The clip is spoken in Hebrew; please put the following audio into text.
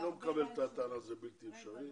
אני לא מקבל את זה שזה בלתי אפשרי.